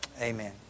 Amen